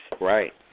Right